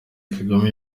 kagame